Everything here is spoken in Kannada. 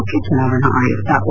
ಮುಖ್ಯ ಚುನಾವಣಾ ಆಯುಕ್ತ ಓ